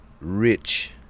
rich